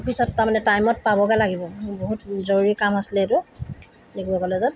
পিছত তাৰমানে টাইমত পাবগৈ লাগিব মোৰ বহুত জৰুৰী কাম আছিলে এইটো ডিগবৈ কলেজত